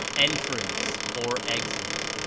entrance or exit.